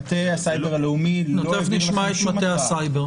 מטה הסייבר הלאומי לא העביר לכם שום התראה.